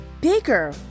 bigger